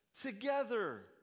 Together